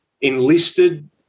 enlisted